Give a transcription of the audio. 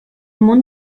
món